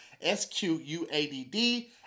S-Q-U-A-D-D